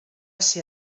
ser